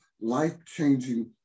life-changing